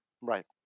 Right